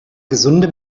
gesunde